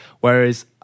Whereas